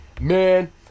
man